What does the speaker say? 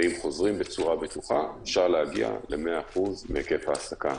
ואם חוזרים בצורה בטוחה אפשר להגיע ל-100% מהיקף ההעסקה.